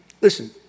Listen